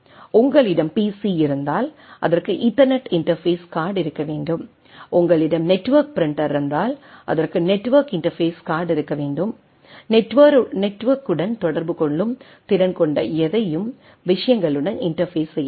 உங்களிடம் பிசி இருந்தால் அதற்கு ஈதர்நெட் இன்டர்பேஸ் கார்டு இருக்க வேண்டும் உங்களிடம் நெட்வொர்க் பிரிண்டர் இருந்தால் அதற்கு நெட்வொர்க் இன்டர்பேஸ் கார்டு இருக்க வேண்டும் நெட்வொர்யுடன் தொடர்பு கொள்ளும் திறன் கொண்ட எதையும் விஷயங்களுடன் இன்டர்பேஸ் செய்ய வேண்டும்